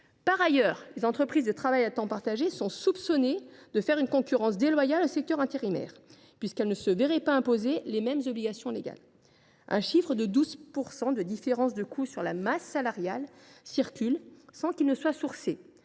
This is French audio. Par ailleurs, les ETTP sont soupçonnées de faire une concurrence déloyale au secteur intérimaire, puisqu’elles ne se verraient pas imposer les mêmes obligations légales. Le chiffre de 12 % de différence de coût sur la masse salariale circule, sans qu’il soit sourcé.